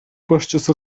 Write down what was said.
башчысы